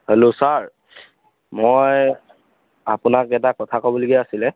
hello sir মই আপোনাক এটা কথা ক'বলগীয়া আছিলে